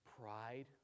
pride